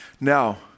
Now